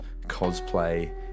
cosplay